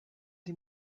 die